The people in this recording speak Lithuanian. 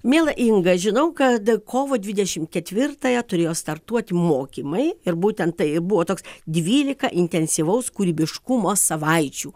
miela inga žinau kad kovo dvidešimt ketvirtąją turėjo startuoti mokymai ir būtent tai buvo toks dvylika intensyvaus kūrybiškumo savaičių